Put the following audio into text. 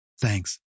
Thanks